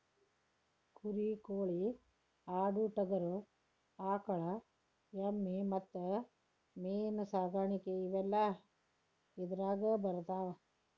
ಕುರಿ ಕೋಳಿ ಆಡು ಟಗರು ಆಕಳ ಎಮ್ಮಿ ಮತ್ತ ಮೇನ ಸಾಕಾಣಿಕೆ ಇವೆಲ್ಲ ಇದರಾಗ ಬರತಾವ